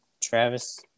Travis